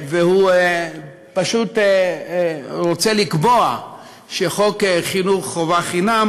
והוא פשוט רוצה לקבוע שחוק חינוך חובה חינם